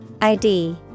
ID